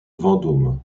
vendôme